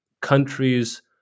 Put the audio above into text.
countries